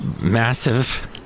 massive